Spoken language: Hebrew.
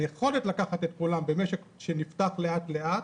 היכולת לקחת את כולם במשק שנפתח לאט-לאט